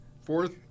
fourth